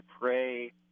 pray